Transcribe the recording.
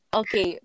okay